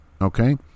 Okay